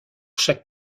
chaque